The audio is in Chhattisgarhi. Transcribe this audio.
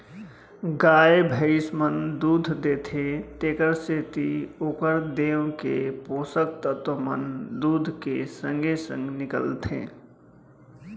गाय भइंस मन दूद देथे तेकरे सेती ओकर देंव के पोसक तत्व मन दूद के संगे संग निकलथें